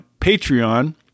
Patreon